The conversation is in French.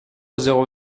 zéro